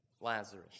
Lazarus